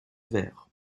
verre